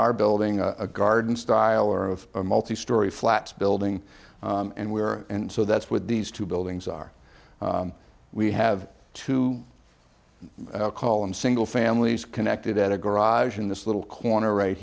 our building a garden style or of multi story flats building and we are and so that's what these two buildings are we have to call in single families connected at a garage in this little corner right